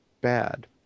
bad